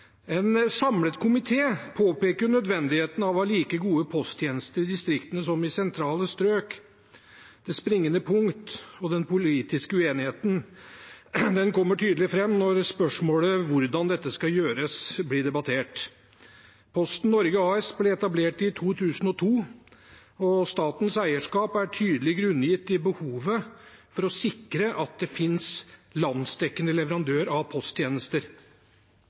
En samlet komité påpeker nødvendigheten av å ha like gode posttjenester i distriktene som i sentrale strøk. Det springende punkt, og den politiske uenigheten, kommer tydelig fram når spørsmålet om hvordan dette skal gjøres, blir debattert. Posten Norge AS ble etablert i 2002, og statens eierskap er tydelig grunngitt i behovet for å sikre at det finnes en landsdekkende leverandør av posttjenester.